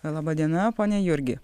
laba diena pone jurgi